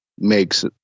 makes